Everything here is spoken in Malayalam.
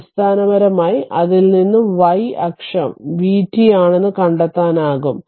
അടിസ്ഥാനപരമായി അതിൽ നിന്ന് y അക്ഷം v t ആണെന്ന് കണ്ടെത്താനാകും